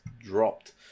dropped